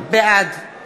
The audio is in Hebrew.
בעד זאב